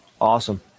Awesome